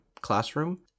classroom